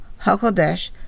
HaKodesh